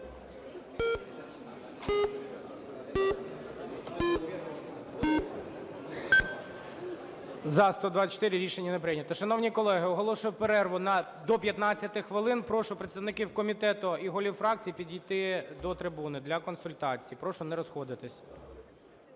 За-124 Рішення не прийнято. Шановні колеги, оголошую перерву до 15 хвилин. Прошу представників комітету і голів фракцій підійти до трибуни для консультації. Прошу не розходитися.